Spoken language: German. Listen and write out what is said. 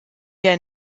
der